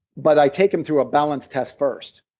but i take them through a balance test first.